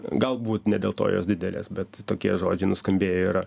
galbūt ne dėl to jos didelės bet tokie žodžiai nuskambėjo ir